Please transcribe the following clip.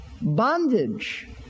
Bondage